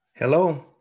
Hello